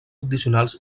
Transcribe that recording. addicionals